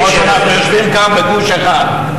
כמו שאנחנו יושבים כאן בגוש אחד.